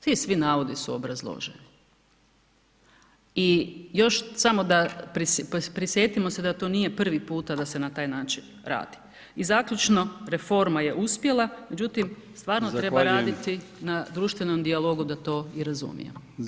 Ti svi navodi su obrazloženi i još samo da prisjetimo se da to nije prvi puta da se na taj način radi i zaključno, reforma je uspjela, međutim, stvarno treba [[Upadica Brkić: Zahvaljujem.]] raditi na društvenom dijalogu da to i razumijemo.